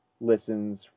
listens